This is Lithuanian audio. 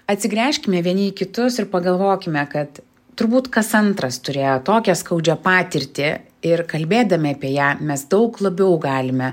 atsigręžkime vieni į kitus ir pagalvokime kad turbūt kas antras turėjo tokią skaudžią patirtį ir kalbėdami apie ją mes daug labiau galime